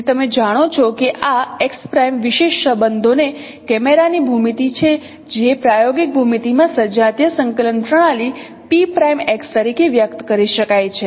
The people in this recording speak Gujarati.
તેથી તમે જાણો છો કે આ x' વિશેષ સંબંધોને કેમેરાની ભૂમિતિ છે જે પ્રાયોગિક ભૂમિતિ માં સજાતીય સંકલન પ્રણાલી તરીકે વ્યક્ત કરી શકાય છે